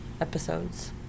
episodes